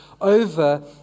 over